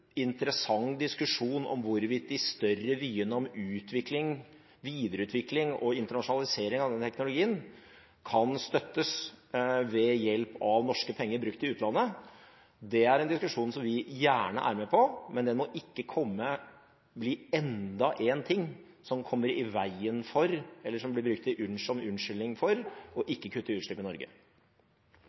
interessant diskusjon om hvorvidt de større vyene om videreutvikling og internasjonalisering av denne teknologien kan støttes ved hjelp av norske penger brukt i utlandet. Det er en diskusjon som vi gjerne er med på, men den må ikke bli enda en ting som kommer i veien for eller blir brukt som unnskyldning for ikke å kutte utslippene i Norge.